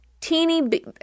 teeny